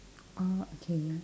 oh okay